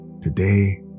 Today